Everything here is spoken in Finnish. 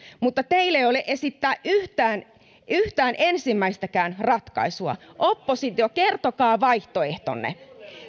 mutta teillä ei ole esittää yhtään yhtään ensimmäistäkään ratkaisua oppositio kertokaa vaihtoehtonne